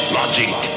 logic